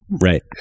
Right